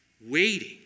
waiting